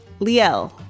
Liel